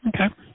Okay